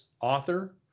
author